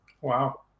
Wow